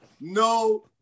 No